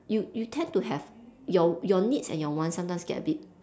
you you tend to have your your needs and your wants sometimes get a bit